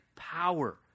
power